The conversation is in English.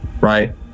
right